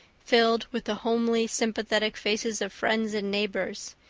filled with the homely, sympathetic faces of friends and neighbors.